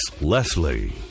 Leslie